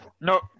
No